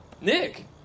Nick